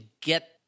get